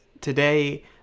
today